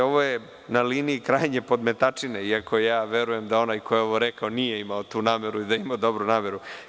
Ovo je na liniji krajnje podmetačine, iako ja verujem da onaj ko je ovo rekao nije imao tu nameru i da je imao dobru nameru.